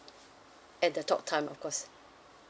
and the talk time of course